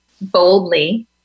boldly